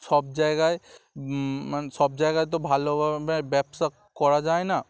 সব জায়গায় মানে সব জায়গায় তো ভালোভাবে ব্যবসা করা যায় না